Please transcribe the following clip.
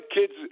kids